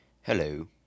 Hello